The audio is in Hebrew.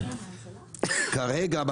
כרגע,